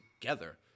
together